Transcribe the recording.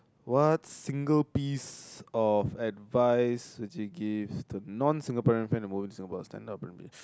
what single piece of advice would you give to non Singaporean friend who move into Singapore